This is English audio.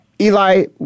Eli